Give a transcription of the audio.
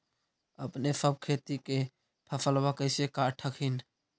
अपने सब खेती के फसलबा कैसे काट हखिन?